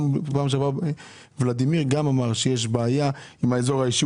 גם בפעם שעברה ולדימיר אמר שיש בעיה עם האזור האישי,